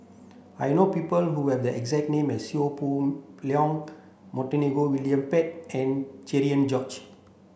I know people who have the exact name as Seow Poh Leng Montague William Pett and Cherian George